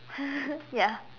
ya